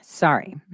Sorry